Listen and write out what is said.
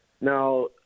Now